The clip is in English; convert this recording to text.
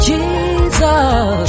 Jesus